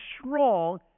strong